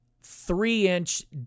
three-inch